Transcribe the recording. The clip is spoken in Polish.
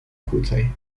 krócej